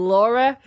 Laura